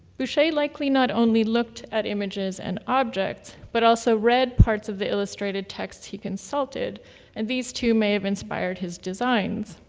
boucher likely not only looked at images and objects but also read parts of the illustrated text he consulted and these too may have inspired his designs.